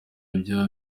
byo